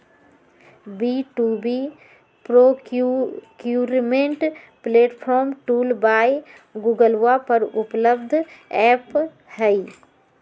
B two B procurement platform tool by गूगलवा पर उपलब्ध ऐप हई